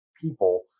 people